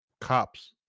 cops